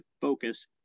focus